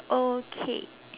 okay